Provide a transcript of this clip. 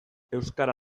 euskara